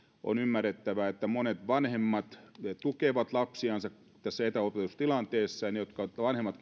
on ymmärrettävää että monet vanhemmat tukevat lapsiansa tässä etäopetustilanteessa ja ne vanhemmat